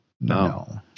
No